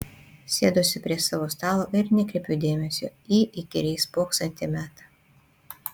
sėduosi prie savo stalo ir nekreipiu dėmesio į įkyriai spoksantį metą